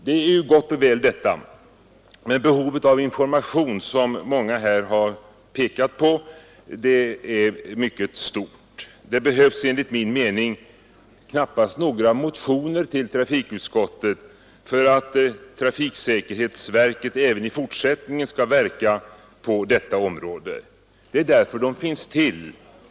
Detta är ju gott och väl. Men behovet av information är, som många här har påpekat, mycket stort. Det behövs enligt min mening knappast några motioner till trafikutskottet för att trafiksäkerhetsverket även i fortsättningen skall verka på detta område — det är för att göra det som verket finns till.